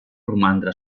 romandre